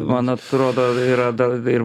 man atrodo yra dar ir